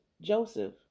Joseph